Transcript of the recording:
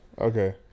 Okay